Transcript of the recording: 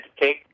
take